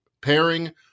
pairing